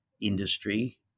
industry